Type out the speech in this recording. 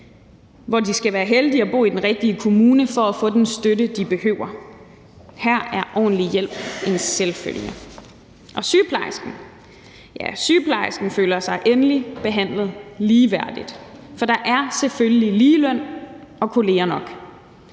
hvor de skal være heldige at bo i den rigtige kommune for at få den støtte, de behøver. Her er ordentlig hjælp en selvfølge, og sygeplejersken føler sig endelig behandlet ligeværdigt, for der er selvfølgelig ligeløn og kolleger nok.